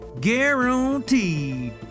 Guaranteed